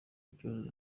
ikibazo